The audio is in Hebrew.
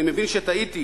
אני מבין שטעיתי...